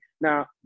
now